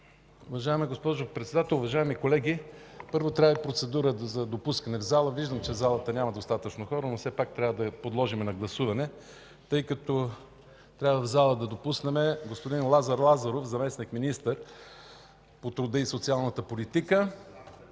Уважаема госпожо Председател, уважаеми колеги! Първо трябва процедура за допускане в залата. Виждам, че в залата няма достатъчно хора, но все пак трябва да я подложим на гласуване, тъй като трябва в зала да допуснем господин Лазар Лазаров – заместник-министър по труда и социалната политика,